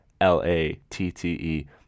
l-a-t-t-e